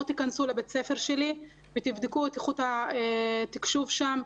בואו תיכנסו לבית הספר שלי ותבדקו את איכות התקשוב שם,